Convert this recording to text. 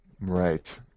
Right